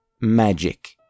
magic